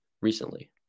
recently